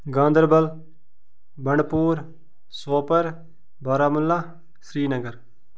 Ganderbal Bandipora Sopore Baramulla Srinagar